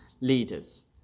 leaders